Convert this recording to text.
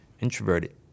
introverted